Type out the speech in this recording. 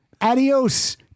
adios